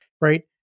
right